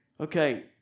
Okay